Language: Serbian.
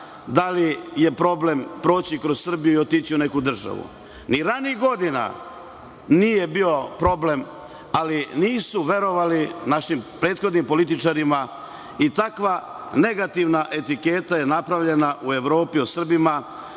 da li je problem proći kroz Srbiju i otići u neku državu. Ni ranijih godina nije bio problem, ali nisu verovali našim prethodnim političarima. Takva negativna etiketa je napravljena u Evropi Srbima,